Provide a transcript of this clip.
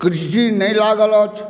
कृषि नहि लागल अछि